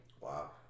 Wow